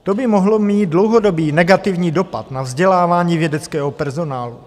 To by mohlo mít dlouhodobý negativní dopad na vzdělávání vědeckého personálu.